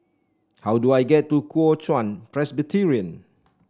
how do I get to Kuo Chuan Presbyterian